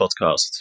podcast